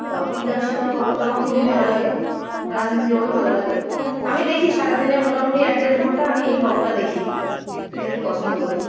বিজ্ঞান শিক্ষার খবর তো আমার খুবই ভালো লাগে রাজনীতিও তো ভালো লাগে আমি দেখি সারাদিনে মোটামুটি এক দেড় ঘণ্টা আমি এই খবরটা দেখি দেখতে পছন্দ করি